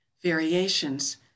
Variations